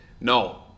No